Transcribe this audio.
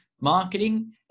marketing